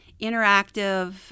interactive